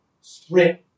sprint